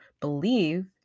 believe